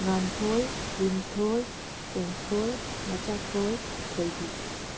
ꯉꯥꯟꯊꯣꯏ ꯂꯤꯟꯊꯣꯏ ꯆꯦꯡꯊꯣꯏ ꯃꯆꯥꯊꯣꯏ ꯊꯣꯏꯕꯤ